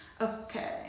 Okay